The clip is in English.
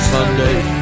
Sunday